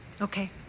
Okay